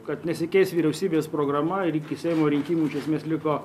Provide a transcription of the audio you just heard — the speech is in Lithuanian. kad nesikeis vyriausybės programa ir iki seimo rinkimų iš esmės liko